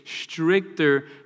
stricter